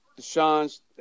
Deshaun's